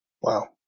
Wow